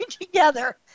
together